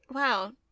Wow